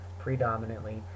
predominantly